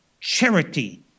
charity